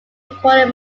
recorded